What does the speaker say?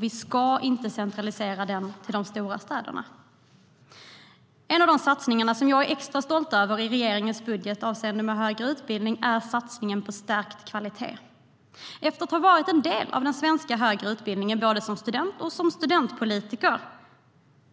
Vi ska inte centralisera den till de stora städerna. En av de satsningar som jag är extra stolt över i regeringens budget avseende högre utbildning är satsningen på stärkt kvalitet. Efter att ha varit en del av den svenska högre utbildningen både som student och som studentpolitiker